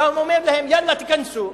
אתה אומר להם: יאללה, תיכנסו.